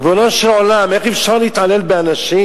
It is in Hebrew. ריבונו של עולם, איך אפשר להתעלל באנשים?